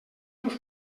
nous